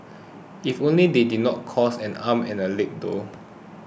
if only they didn't cost and arm and a leg though